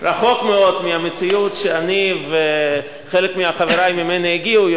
רחוק מאוד מהמציאות שאני וחלק מחברי הגענו ממנה.